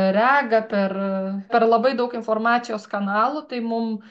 regą per per labai daug informacijos kanalų tai mum